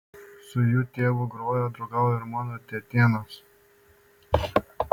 su jų tėvu grojo draugavo ir mano tetėnas